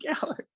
gallery